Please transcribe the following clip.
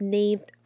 named